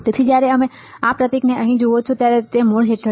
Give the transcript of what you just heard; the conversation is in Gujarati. તેથી જ્યારે તમે આ પ્રતીકને અહીં જુઓ છો ત્યારે આ મૂળ હેઠળ છે